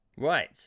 right